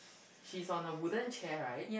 she's on a wooden chair right